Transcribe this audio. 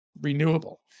renewable